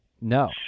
No